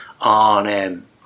on